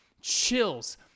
chills